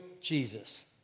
Jesus